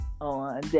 on